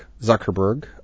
Zuckerberg